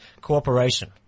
cooperation